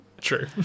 true